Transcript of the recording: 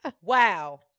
Wow